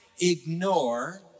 ignore